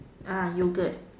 uh yoghurt